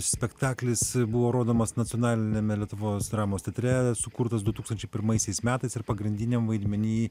spektaklis buvo rodomas nacionaliniame lietuvos dramos teatre sukurtas du tūkstančiai pirmaisiais metais ir pagrindiniam vaidmeny